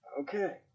Okay